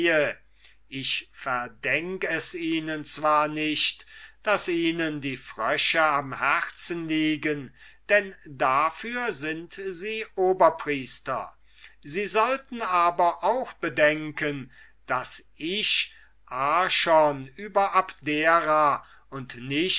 ich verdenk es ihnen zwar nicht daß ihnen die frösche am herzen liegen denn dafür sind sie oberpriester sie sollten aber auch bedenken daß ich archon über abdera und nicht